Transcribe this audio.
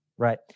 Right